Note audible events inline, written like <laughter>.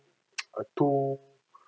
<noise> err too